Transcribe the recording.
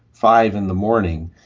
five in the morning,